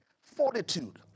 fortitude